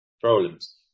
problems